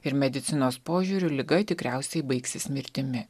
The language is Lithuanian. ir medicinos požiūriu liga tikriausiai baigsis mirtimi